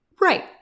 Right